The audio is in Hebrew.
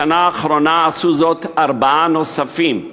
בשנה האחרונה עשו זאת ארבעה נוספים.